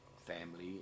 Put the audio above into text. family